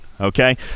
okay